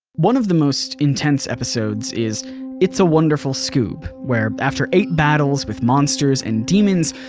one of the most intense episodes is it's a wonderful scoob where after eight battles with monsters and demons,